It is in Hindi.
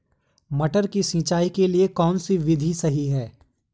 मटर की सिंचाई के लिए कौन सी विधि सही है?